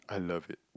I love it